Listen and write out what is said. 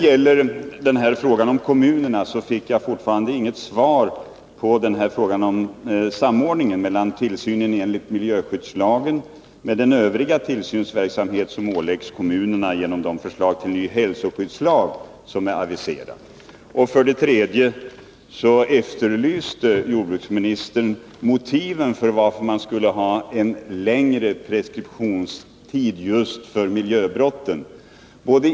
När det gäller kommunerna fick jag fortfarande inget svar på frågan om samordningen mellan tillsynen enligt miljöskyddslagen och den övriga tillsynsverksamhet som åläggs kommunerna genom det förslag till ny hälsoskyddslag som är aviserat. Jordbruksministern efterlyste motiven till att man skulle ha längre preskriptionstid just för miljöbrotten.